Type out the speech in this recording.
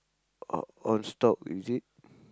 on on stock is it